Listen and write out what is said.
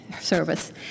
service